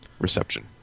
reception